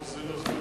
הוא אמר שזה,